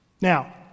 Now